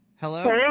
Hello